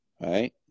right